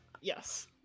yes